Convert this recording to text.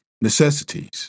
necessities